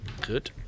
good